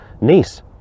niece